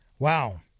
Wow